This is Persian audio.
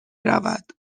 رود